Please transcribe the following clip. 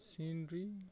scenery